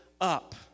up